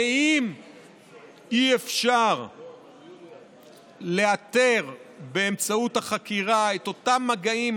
ואם אי-אפשר לאתר באמצעות החקירה את אותם מגעים,